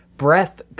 Breath